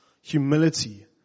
humility